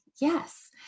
yes